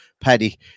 Paddy